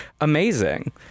amazing